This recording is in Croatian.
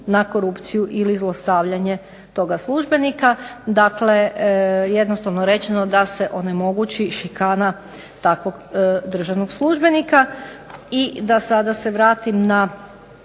na korupciju ili zlostavljanje toga službenika. Dakle, jednostavno rečeno da se onemogući šikana takvog državnog službenika. I da sada se vratim na